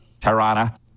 Tirana